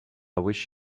wish